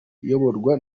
iyoborwa